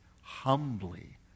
humbly